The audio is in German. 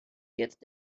jetzt